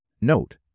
note